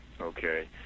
okay